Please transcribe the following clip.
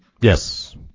Yes